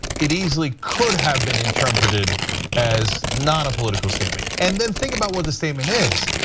it easily could have been interpreted as not a political statement and then think about what the statement is.